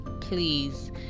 please